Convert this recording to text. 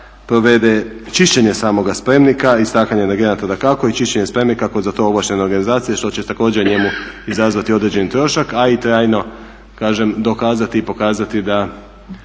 provede čišćenje samoga spremnika, istakanje energenata dakako i čišćenje spremnika kod za to ovlaštene organizacije što će također njemu izazvati određeni trošak, a i trajno kažem dokazati i pokazati da